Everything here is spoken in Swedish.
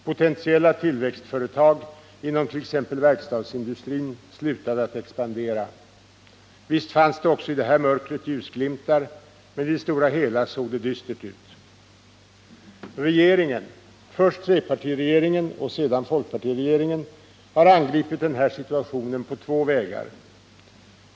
Potentiella tillväxtföretag inom t.ex. verkstadsindustrin slutade att expandera. Visst fanns det också i det här mörkret ljusglimtar, men i det stora hela såg det dystert ut. Regeringen — först trepartiregeringen och sedan folkpartiregeringen — har angripit den här situationen på två vägar.